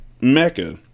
Mecca